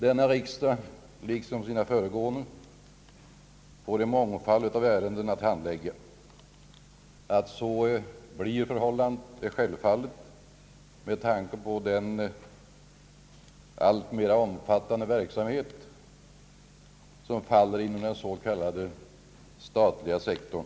Denna riksdag, liksom sina föregående, får en mångfald av ärenden att handlägga. Att så blir förhållandet är självfallet med tanke på den alltmer omfattande verksamhet som faller inom den så kallade statliga sektorn.